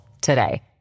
today